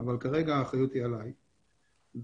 מכיוון שעקב מבנה ההולכה במערכת החשמל